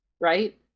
right